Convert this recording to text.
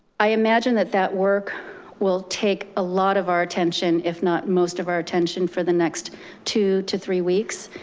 i imagine that that work will take a lot of our attention, if not most of our attention for the next two to three weeks,